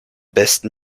besten